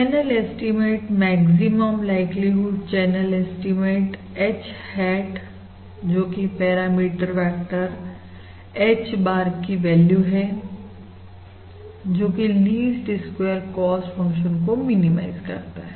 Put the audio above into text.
channel estimate maximum likelihood channel estimate H hat जोकि parameter vector H bar की value है जोकि least square cost function को minimize करता है